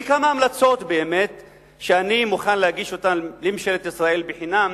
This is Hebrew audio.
יש לי כמה המלצות שאני באמת מוכן להגיש אותן לממשלת ישראל בחינם,